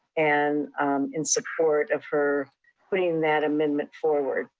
and in support of her putting that amendment forward.